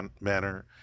manner